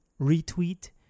retweet